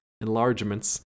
enlargements